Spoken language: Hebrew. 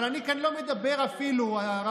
אבל אני לא מדבר כאן אפילו על תגמול,